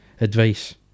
Advice